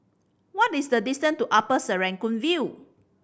what is the distance to Upper Serangoon View